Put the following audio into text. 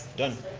done.